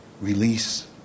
release